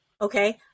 okay